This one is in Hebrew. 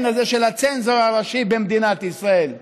הזה של הצנזור הראשי במדינת ישראל?